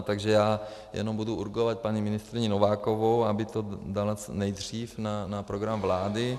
Takže já jenom budu urgovat paní ministryni Novákovou, aby to dala co nejdřív na program vlády.